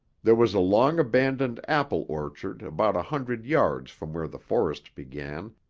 there was a long-abandoned apple orchard about a hundred yards from where the forest began,